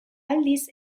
aldiz